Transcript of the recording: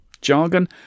Jargon